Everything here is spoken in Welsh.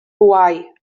bwâu